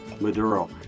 Maduro